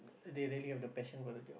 they really have the passion for the job